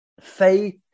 faith